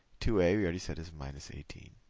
two a we already said is minus nineteen.